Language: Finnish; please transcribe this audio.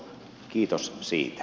kiitos siitä